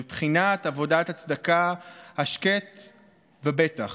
בבחינת "עבדת הצדקה השקט ובטח".